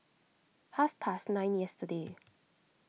half past nine yesterday